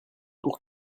pour